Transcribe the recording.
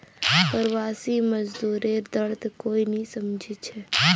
प्रवासी मजदूरेर दर्द कोई नी समझे छे